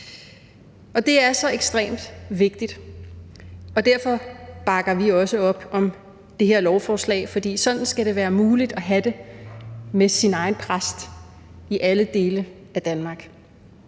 Det er så ekstremt vigtigt, og derfor bakker vi også op om det her lovforslag, for sådan skal det være muligt at have det med sin egen præst i alle dele af Danmark.